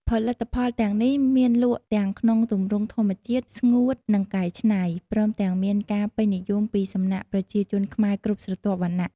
ផលិតផលទាំងនេះមានលក់ទាំងក្នុងទម្រង់ធម្មជាតិ ស្ងួត និងកែច្នៃ ព្រមទាំងមានការពេញនិយមពីសំណាក់ប្រជាជនខ្មែរគ្រប់ស្រទាប់វណ្ណៈ។